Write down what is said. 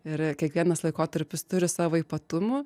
ir kiekvienas laikotarpis turi savo ypatumų